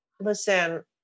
listen